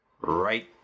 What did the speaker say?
right